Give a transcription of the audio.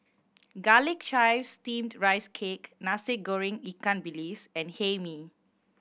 Garlic Chives Steamed Rice Cake Nasi Goreng ikan bilis and Hae Mee